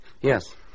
Yes